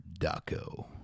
Daco